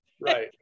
right